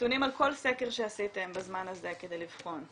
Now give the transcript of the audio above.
נתונים על כל סקר שעשיתם בזמן הזה כדי לבחון,